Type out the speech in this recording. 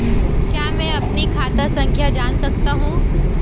क्या मैं अपनी खाता संख्या जान सकता हूँ?